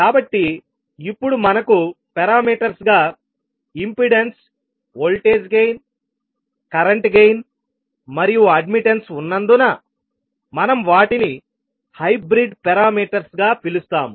కాబట్టి ఇప్పుడు మనకు పారామీటర్స్ గా impedance voltage gain current gain మరియు అడ్మిట్టన్స్ ఉన్నందున మనం వాటిని హైబ్రిడ్ పారామీటర్స్ గా పిలుస్తాము